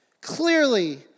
Clearly